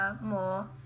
more